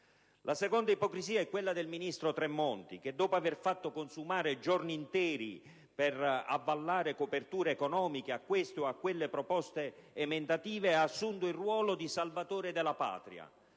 La seconda ipocrisia è quella del ministro Tremonti che, dopo aver fatto consumare giorni interi per avallare coperture economiche a queste o a quelle proposte emendative, ha assunto il ruolo di salvatore della Patria